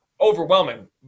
overwhelming